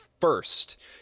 first